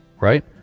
Right